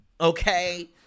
Okay